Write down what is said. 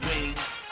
wings